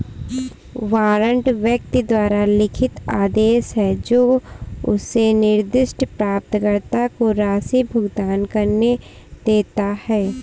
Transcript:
warrant व्यक्ति द्वारा लिखित आदेश है जो उसे निर्दिष्ट प्राप्तकर्ता को राशि भुगतान करने देता है